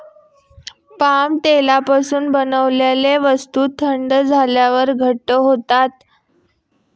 palm तेलापासून बनवलेल्या वस्तू थंड झाल्यावर घट्ट होतात